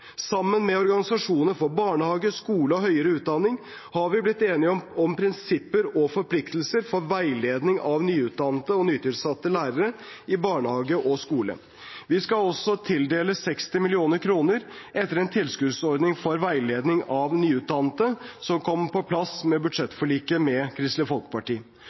Sammen med organisasjoner for barnehage, skole og høyere utdanning har vi blitt enige om «Prinsipper og forpliktelser for veiledning av nyutdannede nytilsatte lærere i barnehage og skole». Vi skal også tildele 60 mill. kr gjennom en tilskuddsordning for veiledning av nyutdannede, som kom på plass med budsjettforliket med Kristelig Folkeparti.